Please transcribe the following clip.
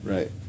Right